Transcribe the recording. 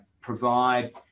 provide